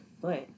foot